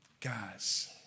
guys